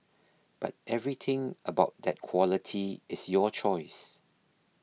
but everything about that quality is your choice